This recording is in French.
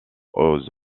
aux